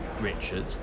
Richard